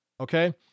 okay